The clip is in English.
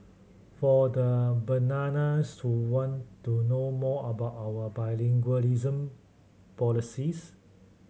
for the bananas who want to know more about our bilingualism policies